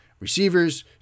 Receivers